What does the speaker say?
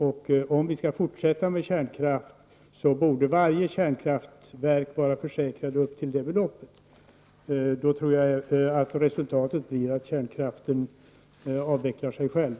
Och om vi skall fortsätta med kärnkraft borde varje kärnkraftverk vara försäkrat upp till det beloppet. Då tror jag att resultatet blir att kärnkraften avvecklar sig själv.